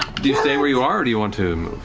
do you stay where you are, or do you want to um